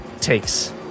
takes